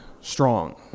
strong